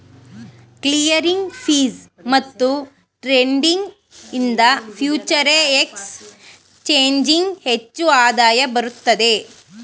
clearing fees ಮತ್ತು trading ಇಂದ ಫ್ಯೂಚರೆ ಎಕ್ಸ್ ಚೇಂಜಿಂಗ್ ಹೆಚ್ಚು ಆದಾಯ ಬರುತ್ತದೆ